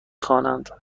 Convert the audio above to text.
خوانند